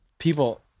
People